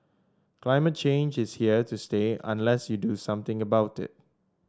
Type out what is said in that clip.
climate change is here to stay unless you do something about it